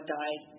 died